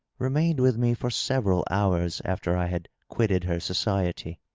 remained with me for several hours after i had quitted her society.